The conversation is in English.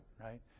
right